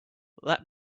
let